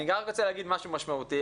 אני גם רוצה להגיד משהו משמעותי,